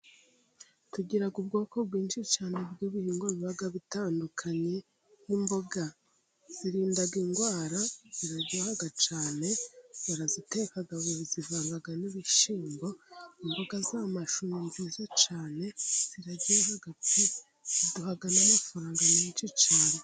Tugiraga ubwoko bwinshi cyane bw'ibihingwa biba bitandukanye, nk'imboga. Zirinda indwara, ziraryoha cyane, baraziteka bazivanga n'ibishyimbo, imboga z'amashu ni nziza cyane, ziraryoha pe! Ziduha n'amafaranga menshi cyane.